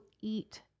eat